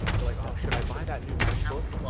they're like, oh, should i buy that new macbook? well,